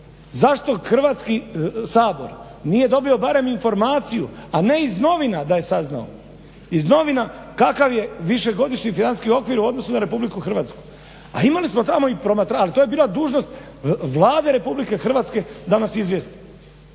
Zašto Hrvatski sabor nije dobio barem informaciju, a ne iz novina da je saznao kakav je višegodišnji financijski okvir u odnosu na Republiku Hrvatsku, a imali smo tamo i promatrače. Ali to je bila dužnost Vlade RH da nas izvijesti.